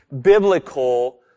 biblical